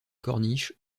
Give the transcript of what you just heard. corniche